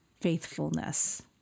faithfulness